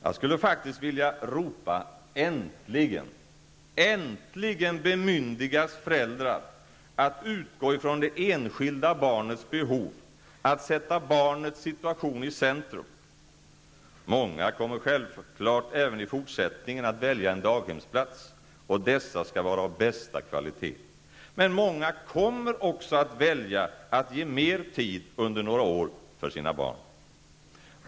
Jag skulle faktiskt vilja ropa: Äntligen! Äntligen bemyndigas föräldrar att utgå ifrån det enskilda barnets behov, att sätta barnets situation i centrum. Många kommer självfallet att även i fortsättningen att välja en daghemsplats. Och dessa skall vara av bästa kvalitet. Men många kommer också att välja att under några år ge mer tid för sina barn.